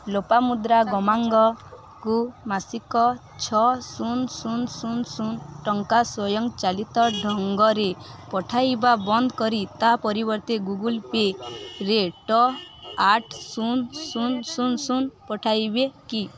ଲୋପାମୁଦ୍ରା ଗମାଙ୍ଗଙ୍କୁ ମାସିକ ଛଅ ଶୂନ ଶୂନ ଶୂନ ଶୂନ ଟଙ୍କା ସ୍ୱୟଂ ଚାଳିତ ଢ଼ଙ୍ଗରେ ପଠାଇବା ବନ୍ଦ କରି ତା ପରିବର୍ତ୍ତେ ଗୁଗଲ୍ପେରେ ଟ ଆଠ ଶୂନ ଶୂନ ଶୂନ ଶୂନ ପଠାଇବେ କି